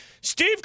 Steve